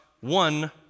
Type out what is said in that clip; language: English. one